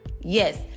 Yes